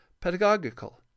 pedagogical